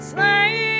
Slave